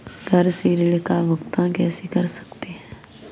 घर से ऋण का भुगतान कैसे कर सकते हैं?